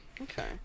Okay